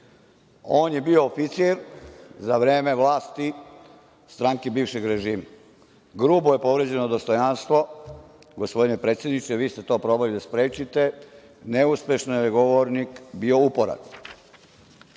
On je bio oficir za vreme vlasti stranke bivšeg režima. Grubo je povređeno dostojanstvo. Gospodine predsedniče, vi ste to probali da sprečite, neuspešno je govornik bio